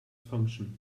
function